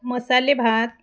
मसाले भात